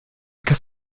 cas